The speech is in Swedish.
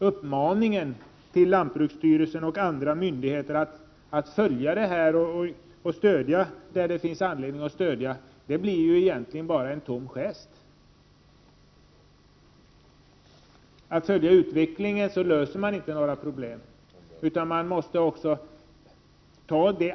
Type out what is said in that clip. Uppmaningen till lantbruksstyrelsen och andra myndigheter att följa detta exempel och att lämna allt stöd som kan behövas blir således egentligen bara Prot. 1988/89:41 tomma ord. 8 december 1988 Man löser inte några problem enbart genom att följa utvecklingen.